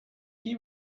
qui